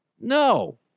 No